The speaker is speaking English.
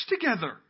together